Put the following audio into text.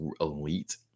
elite